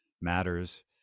matters